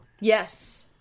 Yes